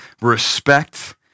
respect